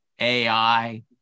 AI